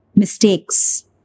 mistakes